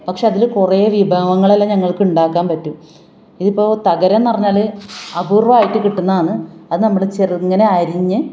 പക്ഷേ അതിൽ കുറേ വിഭവങ്ങളെല്ലാം ഞങ്ങൾക്കുണ്ടാക്കാൻ പറ്റും ഇതിപ്പോൾ തകര എന്ന് പറഞ്ഞാൽ അപൂർവമായിട്ട് കിട്ടുന്നതാണ് അത് നമ്മൾ ചെറുങ്ങനെ അരിഞ്ഞ്